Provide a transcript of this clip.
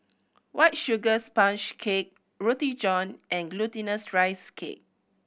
White Sugar Sponge Cake Roti John and Glutinous Rice Cake